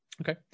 Okay